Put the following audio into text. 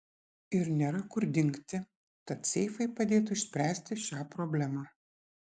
ir nėra kur dingti tad seifai padėtų išspręsti šią problemą